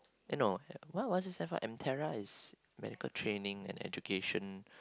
eh no wha~ what was this stands for M_T_E_R_A is medical training and education